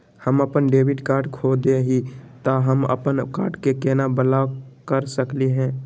हम अपन debit card खो दे ही, त हम अप्पन कार्ड के केना ब्लॉक कर सकली हे?